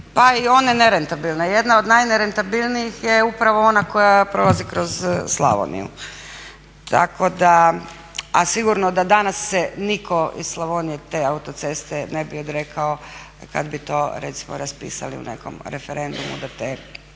pa i one nerentabilne. Jedna od najnerentabilnijih je upravo ona koja prolazi kroz Slavoniju. A sigurno da danas se nitko iz Slavonije te autoceste ne bi odrekao kad bi to recimo raspisali u nekom referendumu da te